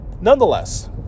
Nonetheless